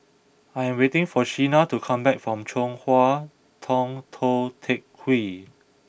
I am waiting for Sheena to come back from Chong Hua Tong Tou Teck Hwee